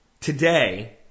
today